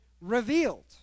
revealed